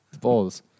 Balls